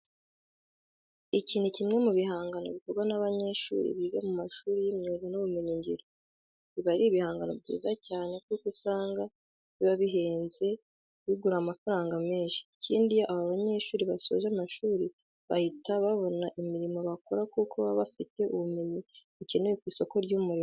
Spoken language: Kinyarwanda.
Iki ni kimwe mu bihangano bikorwa n'abanyeshuri biga mu mashuri y'imyuga n'ubumenyingiro. Biba ari ibigangano byiza cyane kuko usanga biba bihenze bigura amafaranga menshi. Ikindi iyo aba banyeshuri basoje amashuri bahita babona imirimo bakora kuko baba bafite ubumenyi bukenewe ku isoko ry'umurimo.